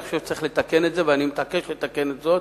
אני חושב שצריך לתקן את זה ואני מתעקש לתקן את זאת,